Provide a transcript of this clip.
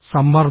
സമ്മർദ്ദം